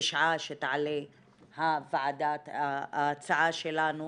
בשעה שתעלה ההצעה שלנו